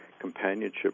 companionship